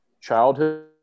childhood